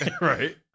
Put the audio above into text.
Right